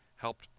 helped